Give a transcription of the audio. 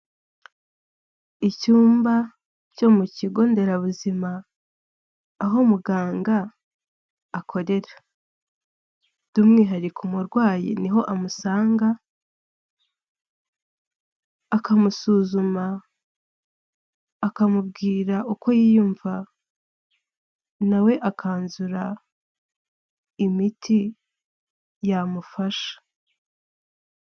Icyumba cyo mu kigo nderabuzima, aho muganga akorera, by'umwihariko umurwayi ni ho amusanga, akamusuzuma, akamubwira uko yiyumva, na we akanzura imiti yamufasha.